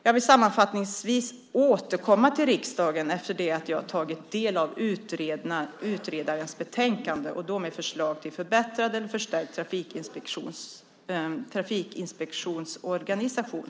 Jag vill sammanfattningsvis återkomma till riksdagen efter det att jag tagit del av utredarens betänkande och då med förslag till förbättrad eller förstärkt trafikinspektionsorganisation.